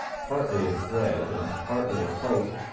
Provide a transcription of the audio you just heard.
partly of dread and partly of hope,